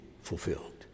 fulfilled